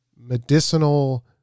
medicinal